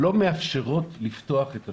שלא מאפשרות לפתוח את השוק.